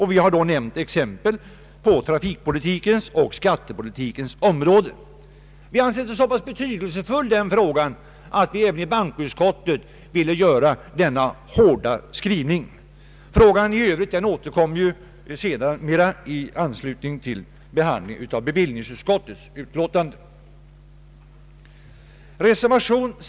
Vi har nämnt exempel på trafikpolitikens och skattepolitikens område. Vi har ansett den frågan så pass betydelsefull att vi även i bankoutskottet velat göra denna hårda skrivning. Frågan i övrigt återkommer sedermera i anslutning till behandlingen av bevillningsutskottets betänkande nr 36.